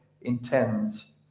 intends